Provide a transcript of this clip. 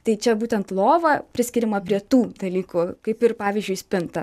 tai čia būtent lova priskiriama prie tų dalykų kaip ir pavyzdžiui spinta